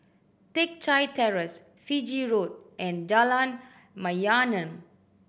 Teck Chye Terrace Fiji Road and Jalan Mayaanam